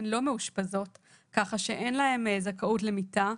הן לא מאושפזות כך שאין להן זכאות למיטה,